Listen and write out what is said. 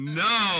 no